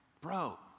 bro